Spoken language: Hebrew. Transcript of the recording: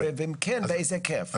ואם כן אז באיזה היקף?